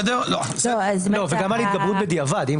גם על התגברות בדיעבד.